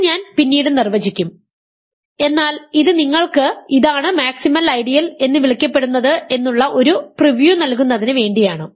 അതിനാൽ ഞാൻ ഇത് പിന്നീട് നിർവചിക്കും എന്നാൽ ഇത് നിങ്ങൾക്ക് ഇതാണ് മാക്സിമൽ ഐഡിയൽ എന്ന് വിളിക്കപ്പെടുന്നത് എന്നുള്ള ഒരു പ്രിവ്യൂ നൽകുന്നതിന് വേണ്ടിയാണ്